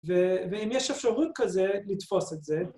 ‫ואם יש אפשרות כזה, לתפוס את זה.